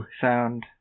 sound